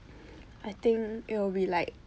I think it'll be like